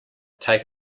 take